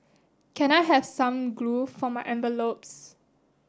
can I have some glue for my envelopes